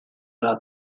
della